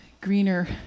greener